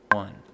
one